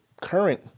current